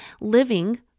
living